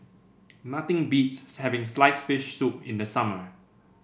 nothing beats having slice fish soup in the summer